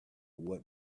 what